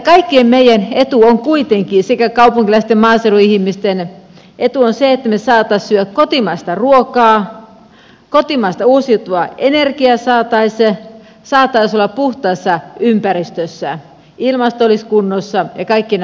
kaikkien meidän etu on kuitenkin sekä kaupunkilaisten että maaseudun ihmisten se että me saisimme syödä kotimaista ruokaa kotimaista uusiutuvaa energiaa saataisiin saataisiin olla puhtaassa ympäristössä ilmasto olisi kunnossa ja kaikki nämä asiat